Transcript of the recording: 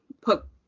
put